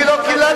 אני לא קיללתי.